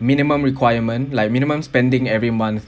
minimum requirement like minimum spending every month